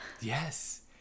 Yes